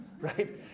right